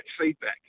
feedback